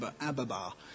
Ababa